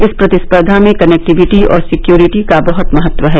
इस प्रतिस्पर्वा में कनेक्टिविटी और सिक्योरिटी का बहत महत्व है